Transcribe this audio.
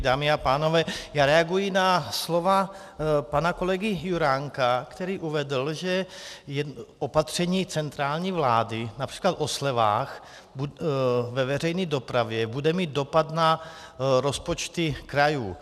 Dámy a pánové, já reaguji na slova pana kolegy Juránka, který uvedl, že opatření centrální vlády např. o slevách ve veřejné dopravě bude mít dopad na rozpočty krajů.